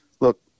look